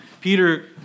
Peter